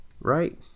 right